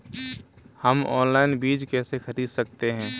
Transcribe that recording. हम ऑनलाइन बीज कैसे खरीद सकते हैं?